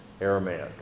Aramaic